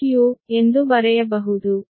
Zseq ಎಂದು ಬರೆಯಬಹುದು